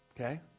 okay